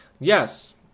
Yes